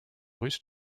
russe